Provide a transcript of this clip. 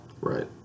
Right